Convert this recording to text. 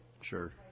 Sure